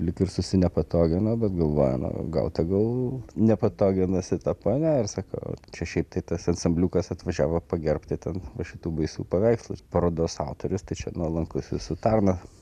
lyg ir susinepatoginau bet galvoju nu gal tegul nepatoginasi ta ponia ir sakau čia šiaip tai tas ansambliukas atvažiavo pagerbti ten šitų baisių paveikslų parodos autorius tai čia nuolankusis sutana